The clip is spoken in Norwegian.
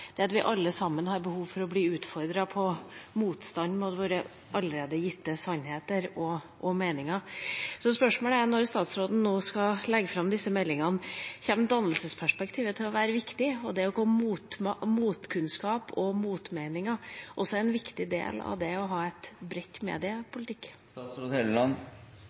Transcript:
det at vi alle sammen har behov for å bli utfordret på og få motstand mot våre allerede gitte sannheter og meninger. Spørsmålet er: Når statsråden nå skal legge fram disse meldingene, kommer dannelsesperspektivet til å være viktig? Og vil det å komme med motkunnskap og motmeninger også være en viktig del av det å ha